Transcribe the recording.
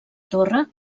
torre